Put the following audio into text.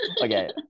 Okay